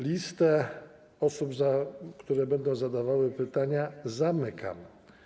Listę osób, które będą zadawały pytania, zamykam.